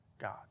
God